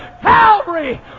Calvary